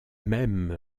même